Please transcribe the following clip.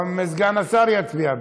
גם סגן השר יצביע בעד.